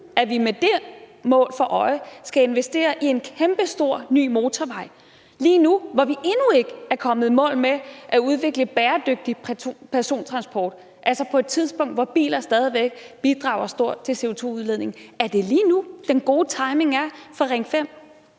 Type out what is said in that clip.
at vi med det mål for øje skal investere i en kæmpe stor ny motorvej – lige nu, hvor vi endnu ikke er kommet i mål med at udvikle bæredygtig persontransport, altså på et tidspunkt, hvor biler stadig væk bidrager stort til CO2-udledningen? Er det lige nu, den gode timing er for Ring 5?